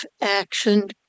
action